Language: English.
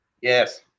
Yes